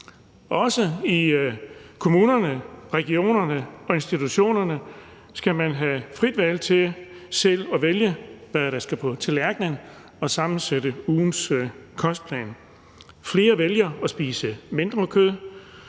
Også i kommunerne, i regionerne og i institutionerne skal man have frit valg til selv at vælge, hvad man vil spise. Flere vælger at spise mindre kød;